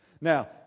Now